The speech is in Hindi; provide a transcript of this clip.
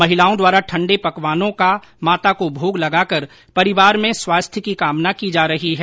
महिलाओं द्वारा ठण्डे पकवानों का माता को भोग लगाकर परिवार में स्वास्थ्य की कामना की जा रही है